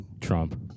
Trump